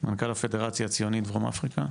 מנכ"ל הפדרציה הציונית בדרום אפריקה?